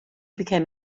became